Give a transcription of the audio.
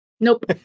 Nope